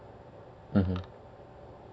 mmhmm